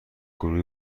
گروهی